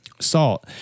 Salt